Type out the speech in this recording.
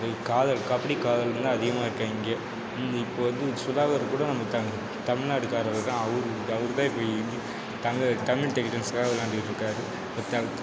இது காதல் கபடி காதலர்கள் அதிகமாக இருக்காங்க இங்கே இப்போ வந்து சுதாகர் கூட நம்ம தமிழ்நாடுகாரர்தான் அவரு அவருதான் இப்போ இங்கே தமிழக தமிழ் விளையாண்டுகிட்டுருக்காரு இந்த